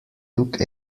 took